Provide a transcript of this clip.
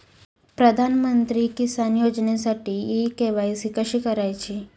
प्रधानमंत्री किसान योजनेसाठी इ के.वाय.सी कशी करायची?